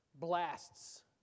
blasts